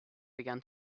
began